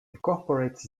incorporates